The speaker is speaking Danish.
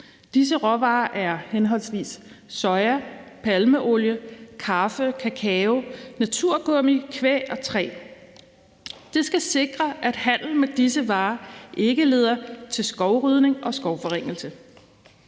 Disse råvarer er henholdsvis soja, palmeolie, kaffe, kakao, naturgummi, kvæg og træ. Det skal sikre, at handel med disse varer ikke leder til skovrydning og skovforringelse.